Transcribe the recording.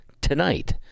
tonight